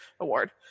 award